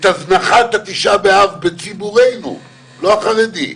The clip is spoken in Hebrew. את הזנחת ט' באב בציבורינו, לא החרדי,